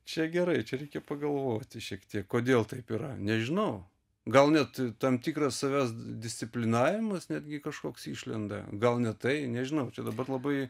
čia gerai čia reikia pagalvoti šiek tiek kodėl taip yra nežinau gal net tam tikras savęs disciplinavimas netgi kažkoks išlenda gal ne tai nežinau čia dabar labai